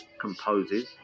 composes